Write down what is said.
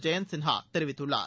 ஜெயந்த் சின்ஹா தெரிவித்துள்ளார்